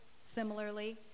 similarly